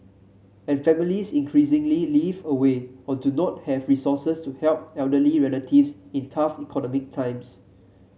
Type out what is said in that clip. and families increasingly live away or do not have resources to help elderly relatives in tough economic times